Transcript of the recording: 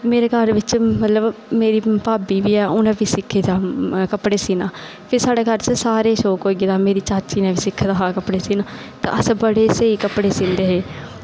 मेरे घर च भाभी बी ऐ उनें बी सिक्खे दा कपड़े सीह्ना ते मेरे घर च शौक हा मेरी चाची ने बी सिक्खे दा हा कपड़े सीह्ना ते अस बड़े स्हेई कपड़े सीहंदे हे